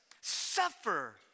suffer